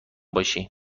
باشی